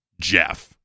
Jeff